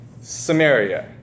Samaria